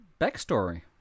backstory